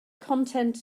content